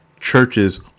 churches